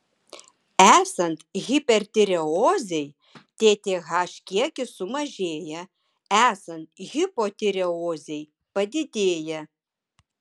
esant hipertireozei tth kiekis sumažėja esant hipotireozei padidėja